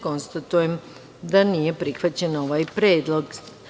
Konstatujem da nije prihvaćen ovaj predlog.